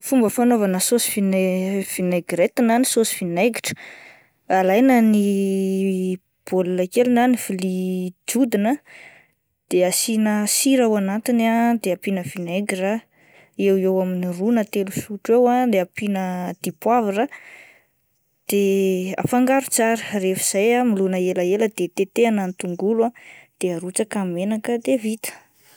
Fomba fanaovana sôsy vinai-vinaigrette na ny sôsy vinaigitra, alaina ny baolina kely na ny vilia jodina ah de asina sira ao anatiny ah de ampiana vinaigira eo eo amin'ny roa na telo sotro eo de ampiana dipoavra de afangaro tsara, rehefa izay milona ela ela dia tetehina ny tongolo ah de arotsaka ny menaka dia vita.